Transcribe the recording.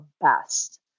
best